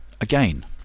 again